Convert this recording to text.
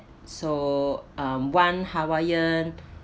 so um one hawaiian